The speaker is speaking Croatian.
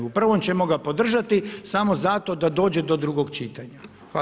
U prvom ćemo ga podržati samo zato da dođe do drugog čitanja.